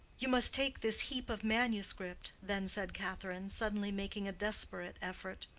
you must take this heap of manuscript, then said catherine, suddenly making a desperate effort.